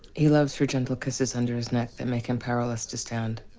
he loves her gentle kisses under his neck that make him powerless to stand.